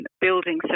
building